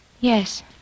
Yes